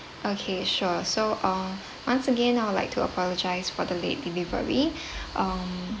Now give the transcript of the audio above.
okay sure so uh once again I'd like to apologize for the late delivery um